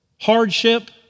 hardship